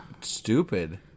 stupid